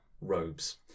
robes